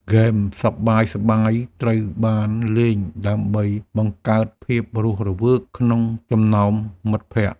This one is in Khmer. ហ្គេមសប្បាយៗត្រូវបានលេងដើម្បីបង្កើតភាពរស់រវើកក្នុងចំណោមមិត្តភក្ដិ។